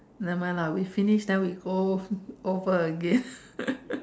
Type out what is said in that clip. never mind lah we finish then we go over again